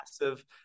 massive